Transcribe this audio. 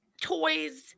toys